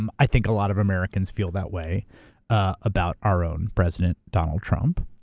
um i think a lot of americans feel that way about our own president, donald trump.